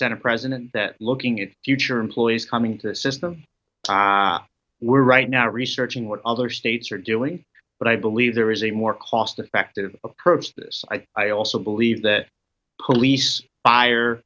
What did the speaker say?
senate president that looking at future employees coming to the system we're right now researching what other states are doing but i believe there is a more cost effective approach this i also believe that police fire